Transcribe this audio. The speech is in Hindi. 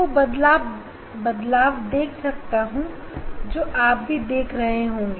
मैं वो बदलाव देख सकता हूं जो आप भी देख रहे हैं